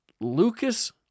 Lucas